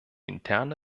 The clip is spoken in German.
interne